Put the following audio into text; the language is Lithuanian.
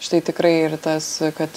štai tikrai ir tas kad